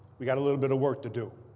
we've got a little bit of work to do.